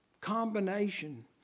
combination